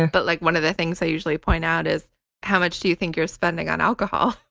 and but like one of the things i usually point out is how much do you think you're spending on alcohol?